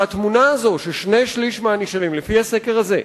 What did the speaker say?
והתמונה הזאת ששני שלישים מהנשאלים, לפי הסקר הזה,